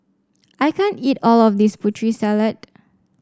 I can't eat all of this Putri Salad